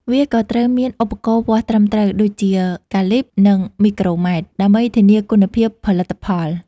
វាក៏ត្រូវមាន ឧបករណ៍វាស់ត្រឹមត្រូវ ដូចជាកាលីប (Calipers) និងមីក្រូម៉ែត្រ (Micrometers) ដើម្បីធានាគុណភាពផលិតផល។